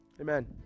Amen